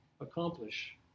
accomplish